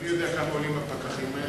אדוני יודע כמה עולים הפקחים האלה